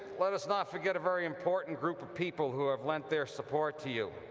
let us not forget a very important group of people who have lent their support to you,